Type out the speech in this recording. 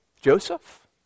Joseph